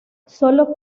sólo